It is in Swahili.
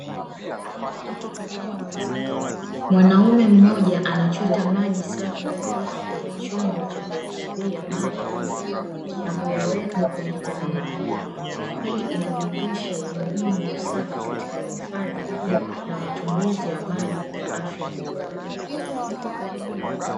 Mwanaume mmoja anachota maji safi kutoka kwenye chombo cha kuhifadhia maji na kuyaweka kwenye madumu, hii inadhihirisha umuhimu wa usafi katika uhifadhi na matumizi ya maji kwa afya bora.